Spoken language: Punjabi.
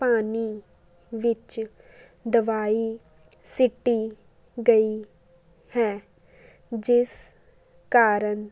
ਪਾਣੀ ਵਿਚ ਦਵਾਈ ਸੁੱਟੀ ਗਈ ਹੈ ਜਿਸ ਕਾਰਨ